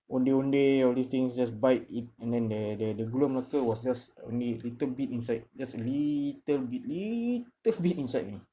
ondeh ondeh all these things just bite eat and then there there the gula melaka was just only little bit inside just little bit little bit inside only